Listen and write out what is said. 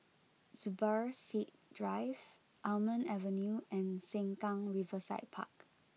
Zubir Said Drive Almond Avenue and Sengkang Riverside Park